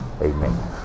Amen